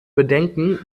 bedenken